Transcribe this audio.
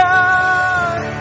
God